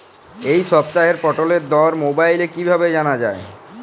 এই সপ্তাহের পটলের দর মোবাইলে কিভাবে জানা যায়?